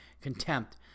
contempt